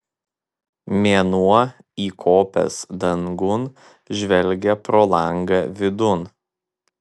mėnuo įkopęs dangun žvelgia pro langą vidun